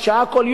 המתנ"סים יפעלו,